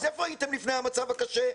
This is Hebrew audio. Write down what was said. אז איפה הייתם לפני המצב הקשה,